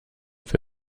für